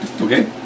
Okay